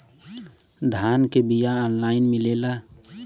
धान के बिया ऑनलाइन मिलेला?